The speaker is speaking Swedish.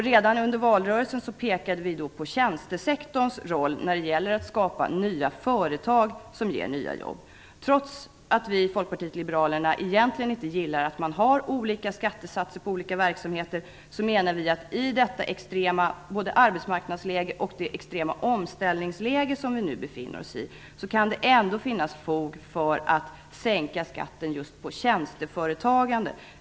Redan under valrörelsen pekade vi på tjänstesektorns roll när det gäller att skapa företag som ger nya jobb. Trots att vi i Folkpartiet liberalerna egentligen inte gillar att man har olika skattesatser på olika verksamheter, menar vi att det i det extrema arbetsmarknadsläge liksom också i det extrema omställningsläge som vi nu befinner oss i ändå kan finnas fog för att sänka skatten just på tjänsteföretagandet.